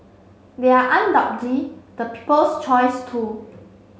they are undoubtedly the people's choice too